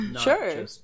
Sure